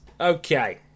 Okay